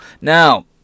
Now